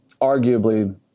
arguably